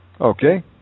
Okay